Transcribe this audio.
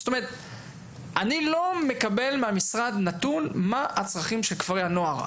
זאת אומרת אני לא מקבל מהמשרד נתון מה הצרכים של כפרי הנוער.